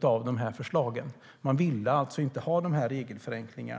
av de 112 förslagen. Man ville alltså inte ha dessa regelförenklingar.